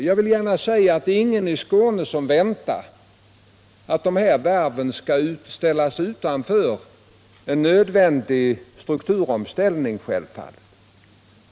Jag vill gärna säga att självfallet ingen i Skåne väntar att de här varven skall ställas utanför en nödvändig strukturomställning.